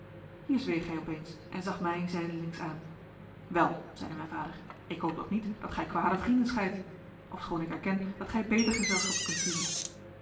hier zweeg hij opeens en zag mij zijdelings aan wel zeide mijn vader ik hoop toch niet dat gij kwade vrienden scheidt ofschoon ik erken dat gij beter gezelschap kunt kiezen